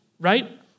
right